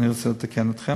אני רוצה לתקן אתכן